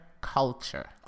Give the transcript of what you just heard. culture